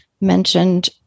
mentioned